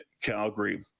Calgary